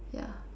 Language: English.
ya